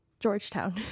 georgetown